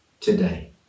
today